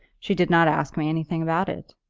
she did not ask me anything about it.